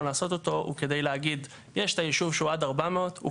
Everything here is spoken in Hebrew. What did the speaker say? לעשות אותו כדי להגיד יש את היישוב שהוא עד 400. הוא